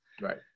right